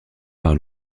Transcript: par